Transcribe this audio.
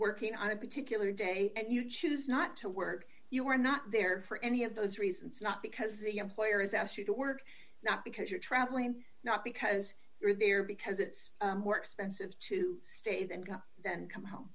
working on a particular day and you choose not to work you are not there for any of those reasons not because the employer has asked you to work not because you're traveling not because you're there because it's expensive to stay there and then come home